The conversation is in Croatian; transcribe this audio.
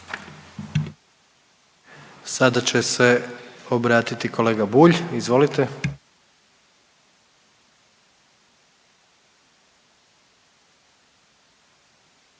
Sada će se obratiti kolega Bulj, izvolite.